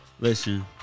Listen